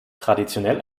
traditionell